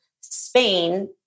Spain